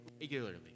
regularly